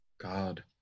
god